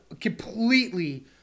completely